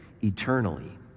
eternally